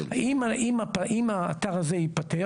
אם האתר הזה יפעל